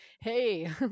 hey